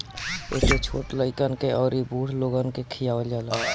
एके छोट लइकन के अउरी बूढ़ लोगन के खियावल जाला